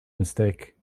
mistake